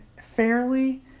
fairly